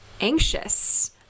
anxious